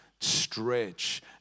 stretch